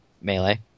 Melee